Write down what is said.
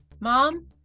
Mom